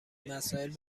مسائل